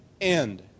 end